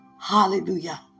Hallelujah